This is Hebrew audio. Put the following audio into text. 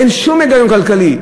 אין שום היגיון כלכלי.